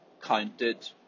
counted